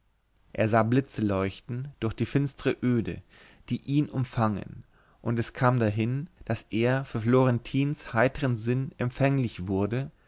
er sah blitze leuchten durch die finstre öde die ihn umfangene und es kam dahin daß er für florentins heiteren sinn empfänglich wurde